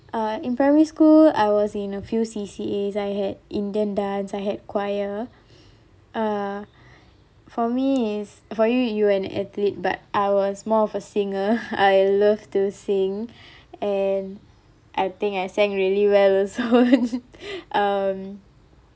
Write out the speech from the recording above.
uh in primary school I was in a few C_C_A's I had indian dance I had choir uh for me is for you you're an athlete but I was more of a singer I loved to sing and I think I sang very well also um